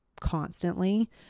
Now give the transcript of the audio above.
constantly